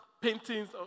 Paintings